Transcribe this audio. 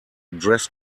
dress